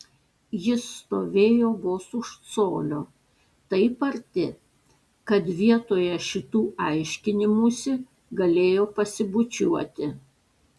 jis stovėjo vos už colio taip arti kad vietoje šitų aiškinimųsi galėjo pasibučiuoti